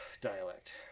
dialect